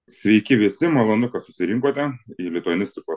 sveiki visi malonu kad susirinkote į lituanistikos